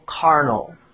carnal